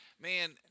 Man